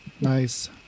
Nice